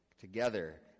Together